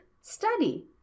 study